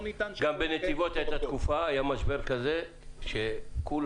לא במיוחד, כבוד היו"ר.